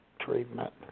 treatment